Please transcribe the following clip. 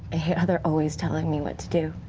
i hate how they're always telling me what to do.